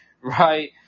right